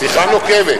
שיחה נוקבת.